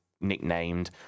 nicknamed